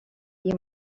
you